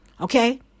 Okay